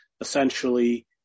essentially